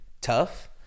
tough